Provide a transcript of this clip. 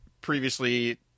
previously